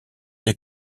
des